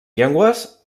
llengües